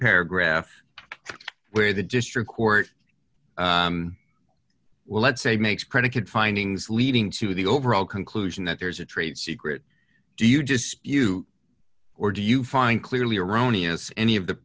paragraph where the district court let's say makes predicate findings leading to the overall conclusion that there is a trade secret do you just you or do you find clearly erroneous any of the